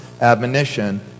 admonition